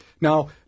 Now